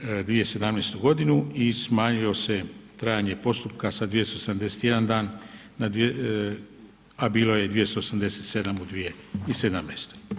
2017. godinu i smanjio se trajanje postupka sa 271 dan na, a bilo je 287 u 2017.